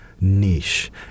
niche